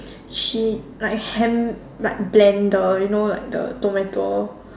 she like hand~ like blender you know like the tomato